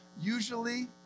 usually